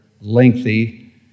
lengthy